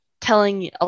telling